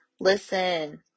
Listen